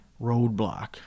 roadblock